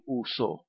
uso